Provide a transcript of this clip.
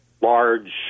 large